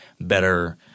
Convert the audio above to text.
better